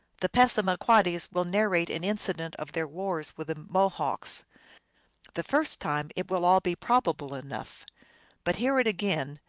the passamaquoddies will narrate an in cident of their wars with the mohawks. the first time it will all be probable enough but hear it again,